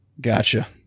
Gotcha